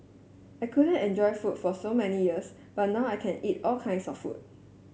I couldn't enjoy food for so many years but now I can eat all kinds of food